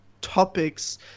topics